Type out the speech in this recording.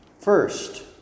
First